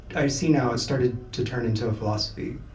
i see now it started to turn into a philosophy,